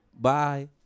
Bye